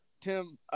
Tim